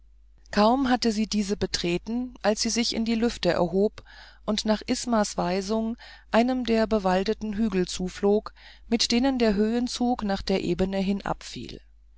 kaum hatten sie diese betreten als sie sich in die lüfte erhob und nach ismas weisung einem der bewaldeten hügel zuflog mit denen der höhenzug nach der ebene